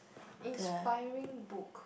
inspiring book